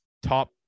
Top